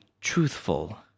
truthful